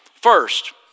First